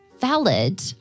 Valid